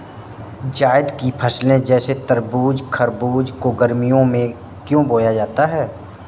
जायद की फसले जैसे तरबूज़ खरबूज को गर्मियों में क्यो बोया जाता है?